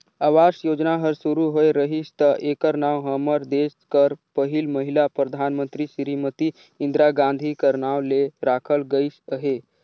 आवास योजना हर सुरू होए रहिस ता एकर नांव हमर देस कर पहिल महिला परधानमंतरी सिरीमती इंदिरा गांधी कर नांव ले राखल गइस अहे